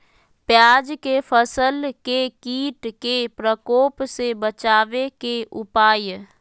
प्याज के फसल के कीट के प्रकोप से बचावे के उपाय?